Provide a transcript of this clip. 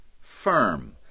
firm